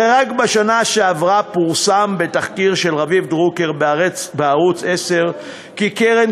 הרי רק בשנה שעברה פורסם בתחקיר של רביב דרוקר בערוץ 10 כי קרן